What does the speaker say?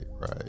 right